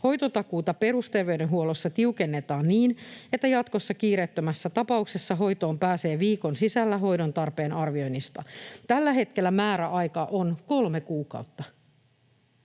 Hoitotakuuta perusterveydenhuollossa tiukennetaan niin, että jatkossa kiireettömässä tapauksessa hoitoon pääsee viikon sisällä hoidon tarpeen arvioinnista. Tällä hetkellä määräaika on kolme kuukautta.